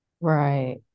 Right